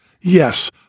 Yes